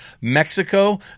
Mexico